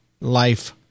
life